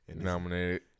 nominated